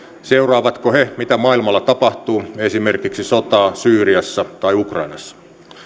seuraavatko he mitä maailmalla tapahtuu esimerkiksi sotaa syyriassa tai ukrainassa